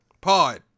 Pod